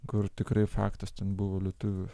kur tikrai faktas ten buvo lietuvių